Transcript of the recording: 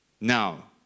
now